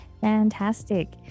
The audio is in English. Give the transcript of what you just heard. Fantastic